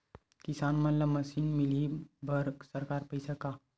किसान मन ला मशीन मिलही बर सरकार पईसा का?